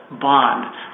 bond